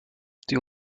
die